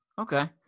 Okay